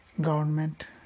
government